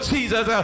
Jesus